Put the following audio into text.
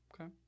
Okay